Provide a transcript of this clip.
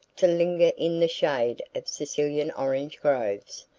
to linger in the shade of sicilian orange-groves,